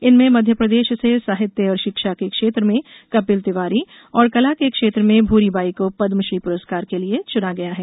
इनमें मध्य प्रदेश से साहित्य और शिक्षा के क्षेत्र में कपिल तिवारी और कला के क्षेत्र में भूरी बाई को पद्म श्री पुरस्कार के लिए चुना गया है